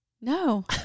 No